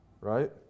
Right